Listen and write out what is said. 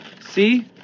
See